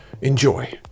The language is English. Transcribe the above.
Enjoy